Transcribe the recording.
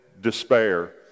despair